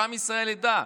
שעם ישראל ידע?